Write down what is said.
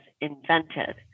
invented